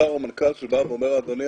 שר או מנכ"ל שבא ואומר 'אדוני,